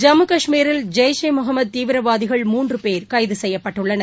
ஜம்முகாஷ்மீரில் ஜெயிஷ் ஈ முகமதுதீவிரவாதிகள் மூன்றுபேர் கைதுசெய்யப்பட்டுள்ளனர்